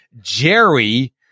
Jerry